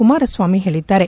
ಕುಮಾರಸ್ವಾಮಿ ಹೇಳಿದ್ದಾರೆ